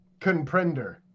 Comprender